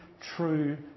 true